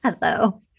Hello